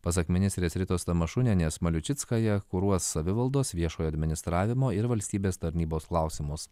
pasak ministrės ritos tamašunienės maliušickaja kuruos savivaldos viešojo administravimo ir valstybės tarnybos klausimus